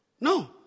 No